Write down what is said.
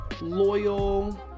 loyal